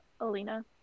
Alina